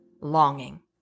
longing